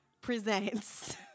presents